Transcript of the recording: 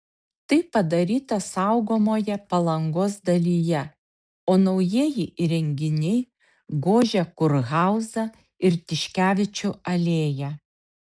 tai padaryta saugomoje palangos dalyje o naujieji įrenginiai gožia kurhauzą ir tiškevičių alėją